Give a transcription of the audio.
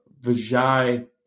Vijay